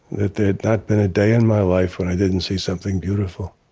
that there'd not been a day in my life when i didn't see something beautiful.